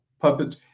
puppet